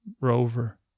rover